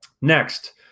Next